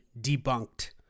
debunked